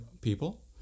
people